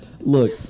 Look